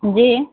जी